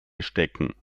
stecken